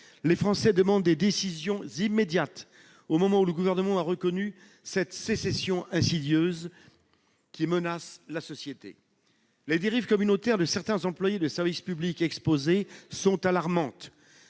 Les Français demandent des décisions immédiates, au moment où le Gouvernement a reconnu cette sécession insidieuse qui menace la société. Les dérives communautaires de certains employés de service public exposés sont alarmantes.